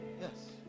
Yes